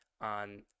on